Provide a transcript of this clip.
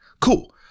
Cool